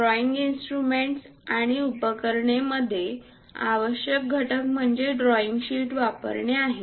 drawing instruments आणि उपकरणे मध्ये आवश्यक घटक म्हणजे ड्रॉईंग शीट वापरणे आहे